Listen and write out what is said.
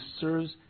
serves